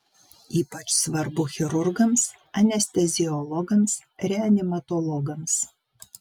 ypač svarbu chirurgams anesteziologams reanimatologams